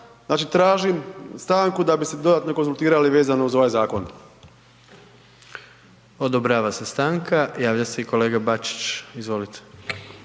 znači tražim stanku da bi se dodatno konzultirali vezano uz ovaj zakon. **Jandroković, Gordan (HDZ)** Odobrava se stanka, javlja se i kolega Bačić, izvolite.